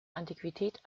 antiquität